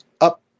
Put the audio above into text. up